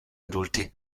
adulti